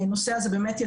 הנוהל.